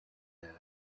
air